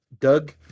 Doug